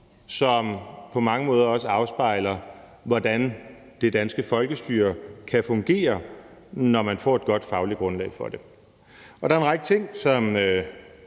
som på mange måder også afspejler, hvordan det danske folkestyre kan fungere, når det får et godt fagligt grundlag for det. Der er en række ting, som